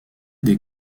des